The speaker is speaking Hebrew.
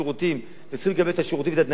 וצריכים לקבל את השירותים ואת התנאים האלה,